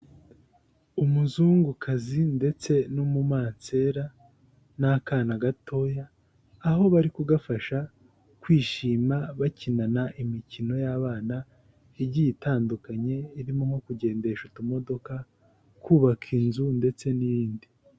Umuzungukazi ndetse n'umumansera n'akana gatoya, aho bari kugafasha kwishima bakinana imikino y'abana igiye itandukanye, irimo nko kugendesha utumodoka, kubaka inzu ndetse n'iyindi.